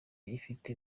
ifite